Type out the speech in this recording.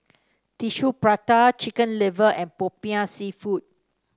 Tissue Prata Chicken Liver and popiah seafood